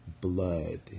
blood